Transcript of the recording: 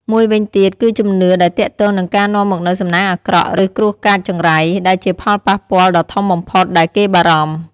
មួយវិញទៀតគឺជំនឿដែលទាក់ទងនឹងការនាំមកនូវសំណាងអាក្រក់ ឬគ្រោះកាចចង្រៃ ដែលជាផលប៉ះពាល់ដ៏ធំបំផុតដែលគេបារម្ភ។